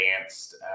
advanced